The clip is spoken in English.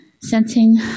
Sensing